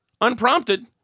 unprompted